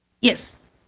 Yes